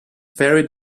very